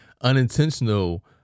Unintentional